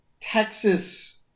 Texas